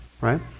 Right